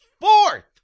fourth